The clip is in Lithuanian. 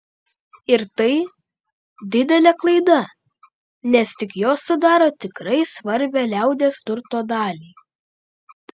ir tai didelė klaida nes tik jos sudaro tikrai svarbią liaudies turto dalį